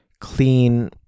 clean